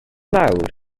mawr